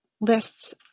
lists